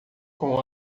com